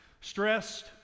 Stressed